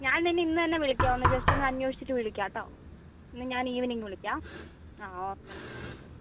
ഞാൻ നിന്നെ ഇന്ന് തന്നെ വിളിക്കാം ഒന്ന് ജസ്റ്റ് ഒന്ന് അന്വേഷിച്ചിട്ട് വിളിക്കാട്ടോ ഇന്ന് ഞാൻ ഈവനിംഗ് വിളിക്കാം ആ ഓക്കെ ഡാ ആ ഓക്കെ